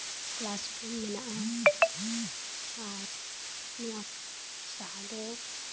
class room ᱢᱮᱱᱟᱜᱼᱟ ᱟᱨ ᱱᱚᱣᱟ ᱥᱟᱦᱟ ᱫᱚ